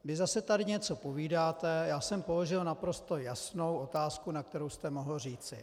Vy zase tady něco povídáte, já jsem položil naprosto jasnou otázku, na kterou jste mohl říci.